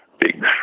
big